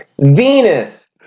Venus